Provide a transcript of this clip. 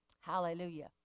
Hallelujah